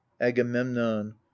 agamemnon